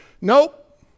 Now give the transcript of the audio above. Nope